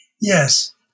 Yes